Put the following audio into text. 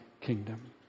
kingdom